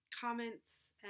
comments